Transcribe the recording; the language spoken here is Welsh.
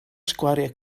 sgwariau